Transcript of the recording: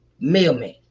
mailman